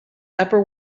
upper